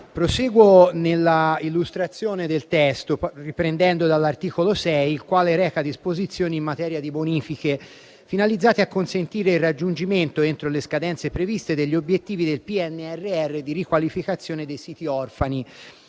proseguo nell'illustrazione del testo riprendendo dall'articolo 6, recante disposizioni in materia di bonifiche finalizzate a consentire il raggiungimento, entro le scadenze previste, degli obiettivi PNRR di riqualificazione dei siti orfani.